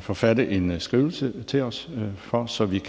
forfatte en skrivelse til os, så vi